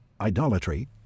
idolatry